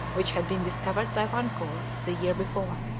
which had been discovered by vancouver the year before.